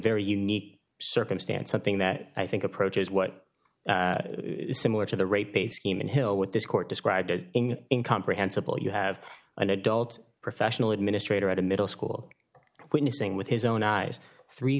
a unique circumstance something that i think approaches what is similar to the rate base scheme in hill what this court described as incomprehensible you have an adult professional administrator at a middle school witnessing with his own eyes three